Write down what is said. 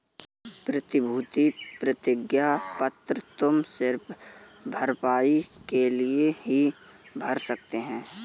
प्रतिभूति प्रतिज्ञा पत्र तुम सिर्फ भरपाई के लिए ही भर सकते हो